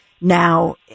now